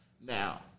Now